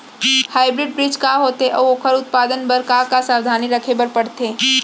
Hybrid बीज का होथे अऊ ओखर उत्पादन बर का का सावधानी रखे बर परथे?